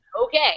Okay